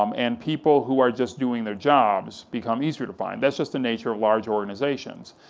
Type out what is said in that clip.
um and people who are just doing their jobs become easier to find, that's just the nature of large organizations.